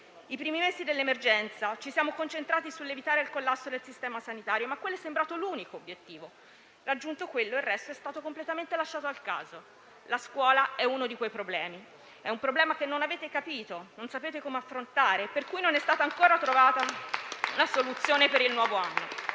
I primi mesi dell'emergenza ci siamo concentrati sull'evitare il collasso del Sistema sanitario, ma quello è sembrato l'unico obiettivo; raggiunto quello, il resto è stato completamente lasciato al caso. La scuola è uno di quei problemi: è un problema che non avete capito, non sapete come affrontare e per cui non è stata ancora trovata la soluzione per il nuovo anno.